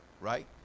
right